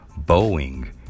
boeing